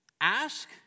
ask